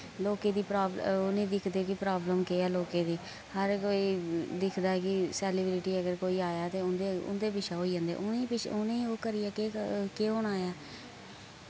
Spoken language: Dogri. लोकें दी ओह् निं दिक्खदे कि प्राब्लम केह् ऐ लोकें दी हर कोई दिक्खदा कि सैलिब्रिटी अगर कोई आया ते उं'दे उं'दे पिच्छै होई जन्दे उ'ने पिच्छ उ'नें ओह् करियै केह् केह् होना ऐ